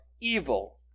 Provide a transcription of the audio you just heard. evil